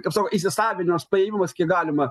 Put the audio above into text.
kaip sakau įsisavinus paėmimas kiek galima